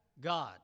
God